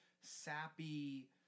sappy